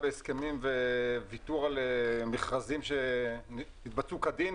בהסכמים וויתור על מכרזים שהתבצעו כדין,